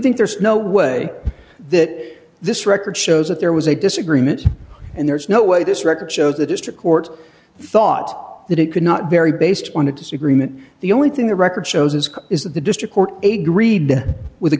think there's no way that this record shows that there was a disagreement and there's no way this record shows the district court thought that it could not vary based on a disagreement the only thing the record shows us is that the district court a greed with a